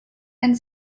and